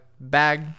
bag